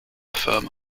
firm